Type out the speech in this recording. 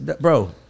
bro